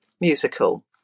musical